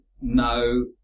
no